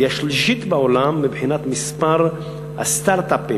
והיא השלישית בעולם מבחינת מספר הסטרט-אפים,